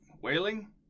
whaling